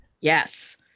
Yes